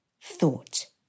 thought